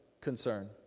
concern